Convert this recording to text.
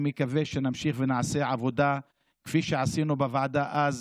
אני מקווה שנמשיך ונעשה עבודה כפי שעשינו בוועדה אז,